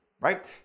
right